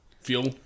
Fuel